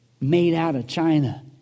made-out-of-China